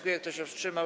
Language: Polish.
Kto się wstrzymał?